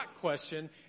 question